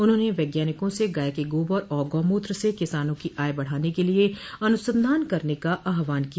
उन्होंने वैज्ञानिकों से गाय के गोबर और गौमूत्र से किसानों की आय बढ़ाने के लिये अनुसंधान करने का आहवान किया